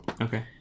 Okay